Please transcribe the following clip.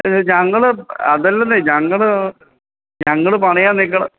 അത് ഞങ്ങൾ അതല്ലെന്നേ ഞങ്ങൾ ഞങ്ങൾ പണിയാന് നിൽക്കുന്ന